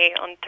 on